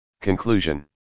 Conclusion